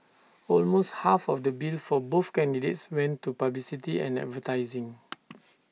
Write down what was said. almost half of the bill for both candidates went to publicity and advertising